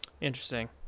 Interesting